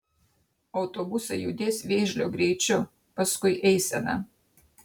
autobusai judės vėžlio greičiu paskui eiseną